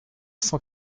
cent